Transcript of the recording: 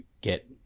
get